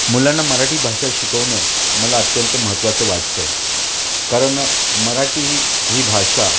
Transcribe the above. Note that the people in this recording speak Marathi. मुलांना मराठी भाषा शिकवणं मला अत्यंत महत्वाचं वाटतं कारण मराठी ही भाषा